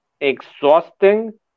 exhausting